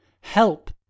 Help